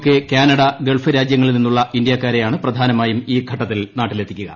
K Canada Gulf രാജ്യങ്ങളിൽ നിന്നുളള ഇന്ത്യാക്കാരെയാണ് പ്രധാനമായും ഘട്ടത്തിൽ ഈ നാട്ടിലെത്തിക്കുക